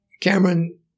Cameron